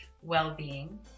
well-being